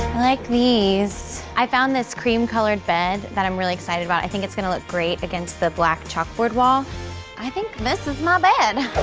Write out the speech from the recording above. like these i found this cream-colored bed that i'm really excited about i think it's gonna look great against the black chalkboard wall i think this is my bed.